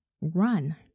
run